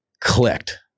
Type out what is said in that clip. clicked